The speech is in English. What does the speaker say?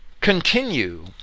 continue